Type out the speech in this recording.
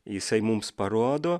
jisai mums parodo